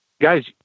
guys